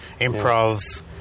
improv